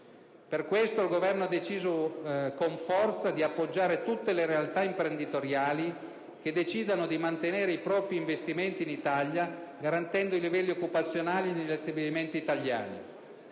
Per questo, il Governo ha deciso con forza di appoggiare tutte le realtà imprenditoriali che decidano di mantenere i propri investimenti in Italia, garantendo i livelli occupazionali negli stabilimenti italiani.